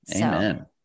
Amen